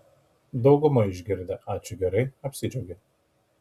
dauguma išgirdę ačiū gerai apsidžiaugia